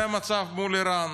זה המצב מול איראן.